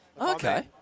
Okay